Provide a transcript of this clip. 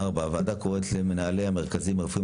הוועדה קוראת למנהלי המרכזים הרפואיים